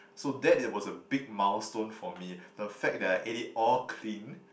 so that it was a big milestone for me the fact that I ate it all clean